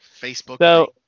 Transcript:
facebook